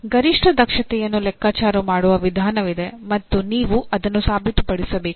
ಗರಿಷ್ಠ ದಕ್ಷತೆಯನ್ನು ಲೆಕ್ಕಾಚಾರ ಮಾಡುವ ವಿಧಾನವಿದೆ ಮತ್ತು ನೀವು ಅದನ್ನು ಸಾಬೀತುಪಡಿಸಬೇಕು